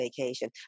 vacation